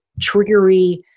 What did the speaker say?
triggery